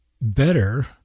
better